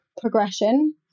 progression